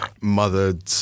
mothered